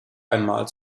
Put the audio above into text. einmal